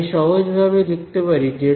আমি সহজ ভাবে লিখতে পারি ΔS এবং 2πrΔy